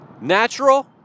Natural